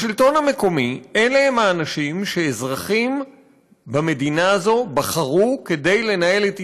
השלטון המקומי אלה האנשים שאזרחים במדינה הזאת בחרו לנהל את ענייניהם.